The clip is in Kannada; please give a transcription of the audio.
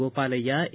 ಗೋಪಾಲಯ್ಯ ಎ